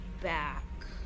back